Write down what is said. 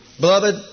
Beloved